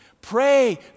pray